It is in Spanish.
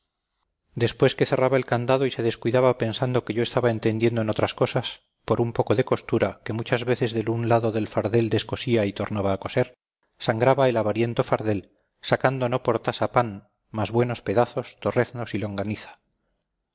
después que cerraba el candado y se descuidaba pensando que yo estaba entendiendo en otras cosas por un poco de costura que muchas veces del un lado del fardel descosía y tornaba a coser sangraba el avariento fardel sacando no por tasa pan mas buenos pedazos torreznos y longaniza